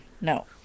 No